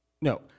No